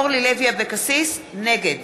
אבקסיס, נגד